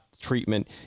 treatment